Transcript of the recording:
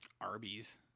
Arby's